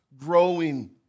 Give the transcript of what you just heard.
growing